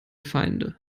feinde